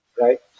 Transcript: right